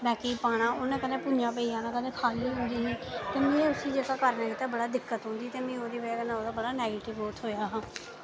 बैकै च पाना उनैं कदे भुञां पेई जाना कदें ख'ल्ल ते मं उसी जेह्का कालेज दिक्कत औंदी ते मि ओह्दी बजह् कन्नै नैगटिव होएआ हा